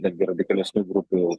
netgi radikalesnių grupių